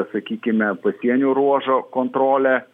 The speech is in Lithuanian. sakykime pasienio ruožo kontrolę